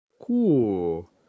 Cool